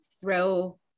throw